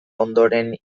ondoren